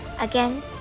again